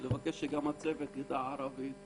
ולבקש שגם הצוות יידע ערבית.